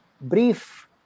brief